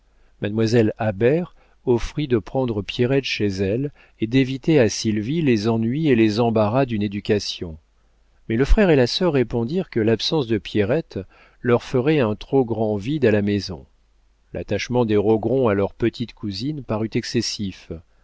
mademoiselle habert offrit de prendre pierrette chez elle et d'éviter à sylvie les ennuis et les embarras d'une éducation mais le frère et la sœur répondirent que l'absence de pierrette leur ferait un trop grand vide à la maison l'attachement des rogron à leur petite cousine parut excessif